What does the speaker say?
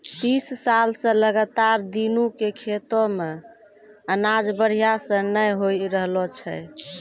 तीस साल स लगातार दीनू के खेतो मॅ अनाज बढ़िया स नय होय रहॅलो छै